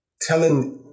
telling